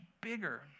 bigger